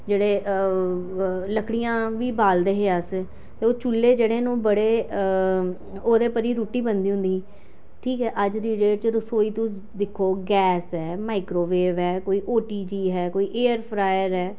जेह्ड़े लकड़ियां बी बालदे हे अस ओह् चु'ल्ले जेह्ड़े न बड़े ओह्दे पर ई रुट्टी बनदी होंदी ही ठीक ऐ अज्ज दे डेट च रसोई तुस दिक्खो गैस ऐ माइक्रोवेव ऐ कोई ओ टी जी ऐ कोई एयर फ्रायर ऐ